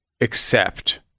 accept